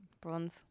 Bronze